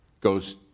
goes